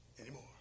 anymore